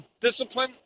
discipline